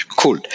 Cool